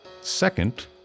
Second